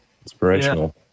Inspirational